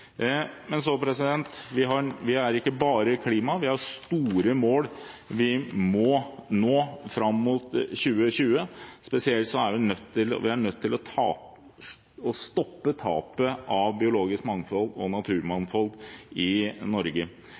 Men det er ikke bare klima det dreier seg om, vi har store mål vi må nå fram mot 2020. Vi er nødt til å stoppe tapet av biologisk mangfold og naturmangfold i Norge.